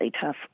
tough